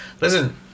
Listen